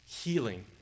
healing